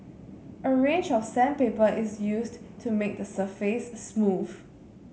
a range of sandpaper is used to make the surface smooth